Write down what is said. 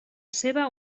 seva